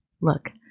Look